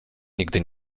nigdy